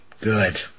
Good